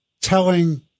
telling